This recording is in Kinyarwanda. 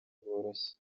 bworoshye